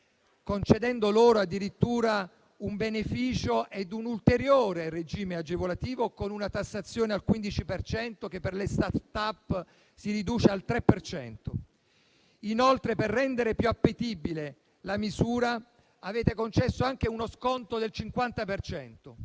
concedendo loro addirittura un beneficio e un ulteriore regime agevolativo con una tassazione al 15 per cento, che per le *startup* si riduce al 3 per cento; inoltre, per rendere più appetibile la misura, avete concesso anche uno sconto del 50